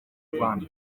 rwanda